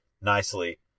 nicely